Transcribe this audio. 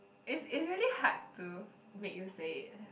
is is really hard to make you say it